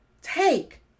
Take